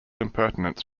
impertinence